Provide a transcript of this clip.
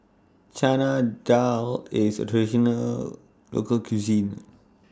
Chana Dal IS A Traditional Local Cuisine